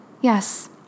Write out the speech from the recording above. Yes